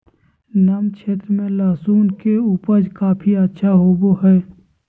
नम क्षेत्र में लहसुन के उपज काफी अच्छा होबो हइ